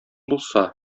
булса